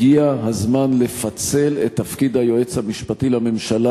הגיע הזמן לפצל את תפקיד היועץ המשפטי לממשלה.